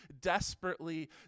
desperately